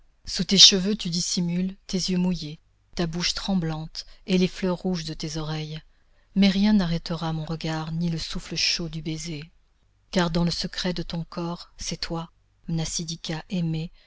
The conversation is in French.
sous tes cheveux tu dissimules tes yeux mouillés ta bouche tremblante et les fleurs rouges de tes oreilles mais rien n'arrêtera mon regard ni le souffle chaud du baiser car dans le secret de ton corps c'est toi mnasidika aimée